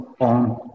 on